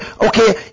okay